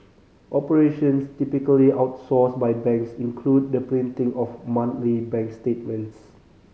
operations typically outsourced by banks include the printing of monthly bank statements